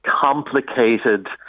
complicated